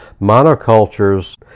Monocultures